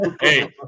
Hey